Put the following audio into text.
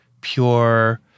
pure